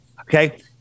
okay